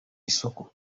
isoko